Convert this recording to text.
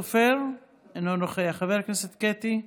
אלחרומי, אינו נוכח, אוסאמה סעדי,